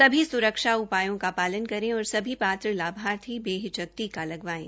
सभी स्रक्षा उपायों का पालन करें और सभी पात्र लाभार्थी बेहिचक टीका लगवाएं